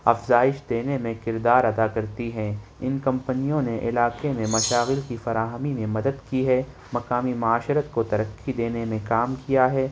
افزائش دینے میں کردار ادا کرتی ہیں ان کمپنیوں نے علاقے میں مشاغل کی فراہمی میں مدد کی ہے مقامی معاشرت کو ترقی دینے میں کام کیا ہے